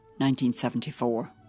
1974